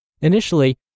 Initially